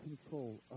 control